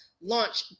launch